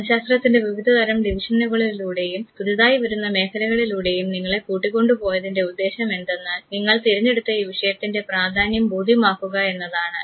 മനഃശാസ്ത്രത്തിൻറെ വിവിധതരം ഡിവിഷനുകളിലൂടെയും പുതിയതായി വരുന്ന മേഖലകളിലൂടെയും നിങ്ങളെ കൂട്ടിക്കൊണ്ടുപോയതിൻറെ ഉദ്ദേശം എന്തെന്നാൽ നിങ്ങൾ തിരഞ്ഞെടുത്ത ഈ വിഷയത്തിൻറെ പ്രാധാന്യം ബോധ്യമാക്കുക എന്നതാണ്